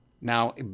Now